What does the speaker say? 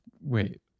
wait